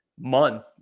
month